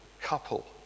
couple